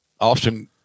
Austin